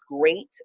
great